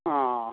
অঁ